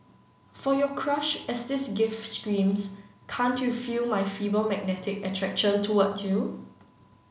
for your crush as this gift screams can't you feel my feeble magnetic attraction towards you